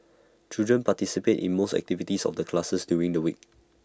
children participate in most activities of the class during the week